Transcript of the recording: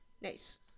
Nice